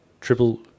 Triple